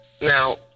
Now